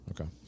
Okay